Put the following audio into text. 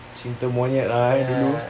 cinta monyet eh dulu